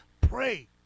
Pray